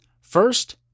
First